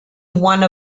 one